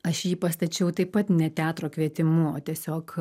aš jį pastačiau taip pat ne teatro kvietimu o tiesiog